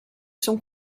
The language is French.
sont